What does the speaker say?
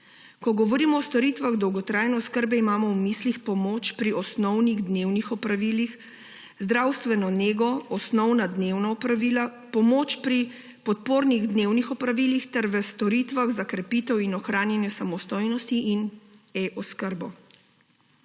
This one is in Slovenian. Ko govorimo o storitvah dolgotrajne oskrbe, imamo v mislih pomoč pri osnovnih dnevnih opravilih, zdravstveno nego, osnovna dnevna opravila, pomoč pri podpornih dnevnih opravilih ter v storitvah za krepitev in ohranjanje samostojnosti in e-oskrbo.